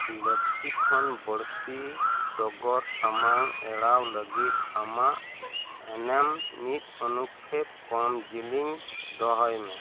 ᱞᱟᱹᱠᱛᱤ ᱠᱷᱚᱱ ᱵᱟᱹᱲᱛᱤ ᱰᱚᱜᱚᱨ ᱥᱟᱢᱟᱝ ᱮᱲᱟᱣ ᱞᱟᱹᱜᱤᱫ ᱟᱢᱟᱜ ᱮᱱᱮᱢ ᱢᱤᱫ ᱚᱱᱩᱪᱪᱷᱮᱫᱽ ᱠᱚᱢ ᱡᱮᱞᱮᱧ ᱫᱚᱦᱚᱭ ᱢᱮ